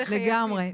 לגמרי.